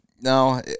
No